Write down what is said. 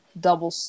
double